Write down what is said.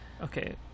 Okay